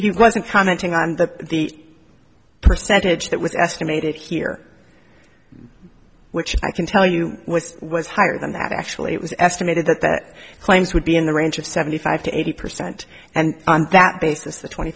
he wasn't commenting on that the percentage that was estimated here which i can tell you with was higher than that actually it was estimated that that claims would be in the range of seventy five to eighty percent and on that basis the twenty